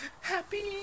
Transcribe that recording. Happy